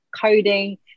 coding